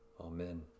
Amen